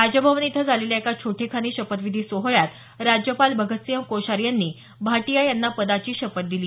राजभवन इथं झालेल्या एका छोटेखानी शपथविधी सोहळ्यात राज्यपाल भगतसिंह कोश्यारी यांनी भाटीया यांना पदाची शपथ दिली